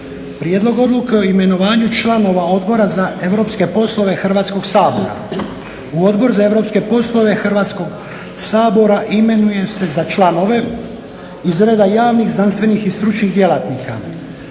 Prijedlog odluke o imenovanju članova Odbora za europske poslove Hrvatskog sabora. U Odbora za europske poslove Hrvatskog sabora imenuje se za članove iz reda javnih znanstvenih i stručnih djelatnika